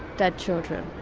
dead children.